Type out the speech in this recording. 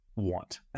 want